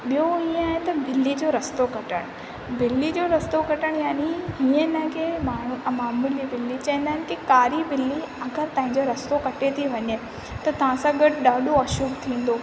ॿियो ईअं आहे त ॿिली जो रस्तो कटणु ॿिली जो रस्तो कटणु यानि हीअं न के मा मामूली ॿिली के चईंदा आहिनि के कारी ॿिली अगरि पंहिंजो रस्तो कटे थी वञे त तव्हां सां गॾु ॾाढो अशुभ थींदो